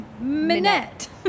Minette